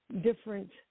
different